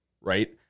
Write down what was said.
right